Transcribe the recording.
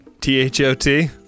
T-H-O-T